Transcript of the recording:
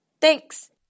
Thanks